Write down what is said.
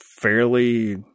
fairly